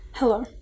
Hello